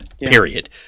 Period